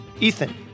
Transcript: Ethan